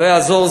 ולא יעזור,